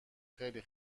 خیلی